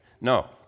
No